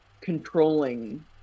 controlling